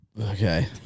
Okay